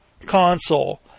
console